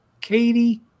Katie